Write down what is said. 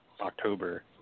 October